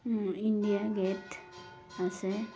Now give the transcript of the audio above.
India Gate আছে